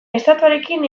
estatuarekin